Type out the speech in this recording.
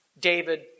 David